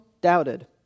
doubted